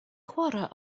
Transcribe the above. chwarae